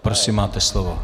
Prosím, máte slovo.